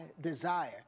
desire